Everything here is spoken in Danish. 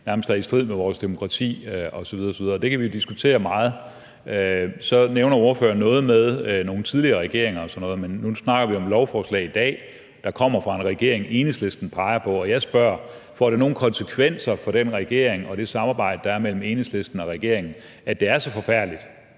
nærmest er i strid med vores demokrati osv. osv. – det kan vi diskutere meget. Så nævner ordføreren noget med nogle tidligere regeringer og sådan noget, men nu snakker vi om et lovforslag i dag, der kommer fra en regering, Enhedslisten peger på. Og jeg spørger: Får det nogen konsekvenser for den regering og det samarbejde, der er mellem Enhedslisten og regeringen, at det er så forfærdeligt?